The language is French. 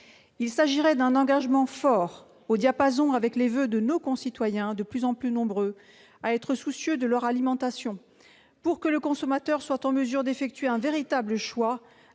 Il s'agirait d'un engagement fort au diapason avec les voeux de nos concitoyens, qui sont de plus en plus nombreux à être soucieux de leur alimentation. Pour que le consommateur soit en mesure d'effectuer un véritable choix,